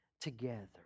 Together